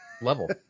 level